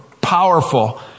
powerful